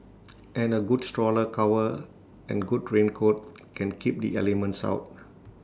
and A good stroller cover and good raincoat can keep the elements out